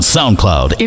SoundCloud